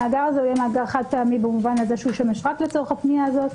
המאגר הזה יהיה מאגר חד-פעמי במובן הזה שהוא ישמש רק לצורך הפנייה הזאת.